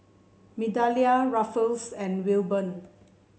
Migdalia Ruffus and Wilburn